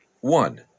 One